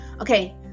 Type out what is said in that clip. Okay